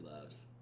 loves